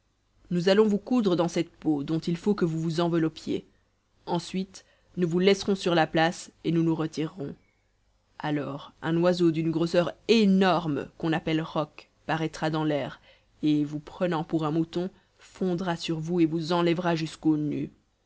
nous allons vous coudre dans cette peau dont il faut que vous vous enveloppiez ensuite nous vous laisserons sur la place et nous nous retirerons alors un oiseau d'une grosseur énorme qu'on appelle roc paraîtra dans l'air et vous prenant pour un mouton fondra sur vous et vous enlèvera jusqu'aux nues